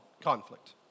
conflict